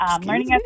learning